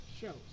shows